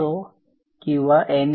असो किंवा एन